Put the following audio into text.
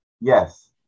Yes